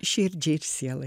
širdžiai ir sielai